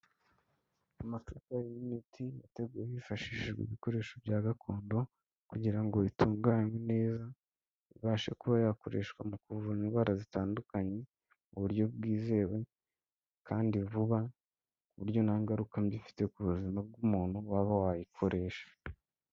Amacupari y'imiti yateguwe hifashishijwe ibikoresho bya gakondo kugira ngo itunganywe neza, ibashe kuba yakoreshwa mu kuvura indwara zitandukanye mu buryo bwizewe kandi vuba ku buryo nta ngaruka mbi ifite ku buzima bw'umuntu waba wayikoresha.